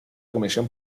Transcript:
comisión